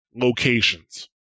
locations